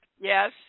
Yes